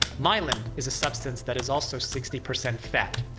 myelin is a substance that is also sixty percent fat.